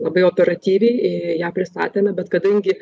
labai operatyviai ją pristatėme bet kadangi